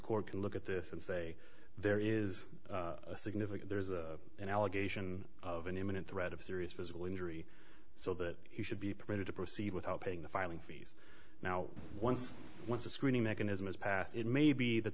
court can look at this and say there is a significant there is an allegation of an imminent threat of serious physical injury so that he should be permitted to proceed without paying the filing fees now once once the screening mechanism is passed it may be that